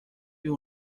you